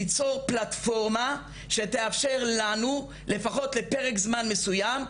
ליצור פלטפורמה שתאפשר לנו לפחות לפרק זמן מסוים,